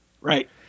Right